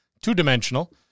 two-dimensional